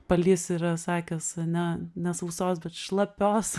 palys yra sakęs ane ne sausos bet šlapios